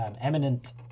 eminent